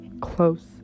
close